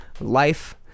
Life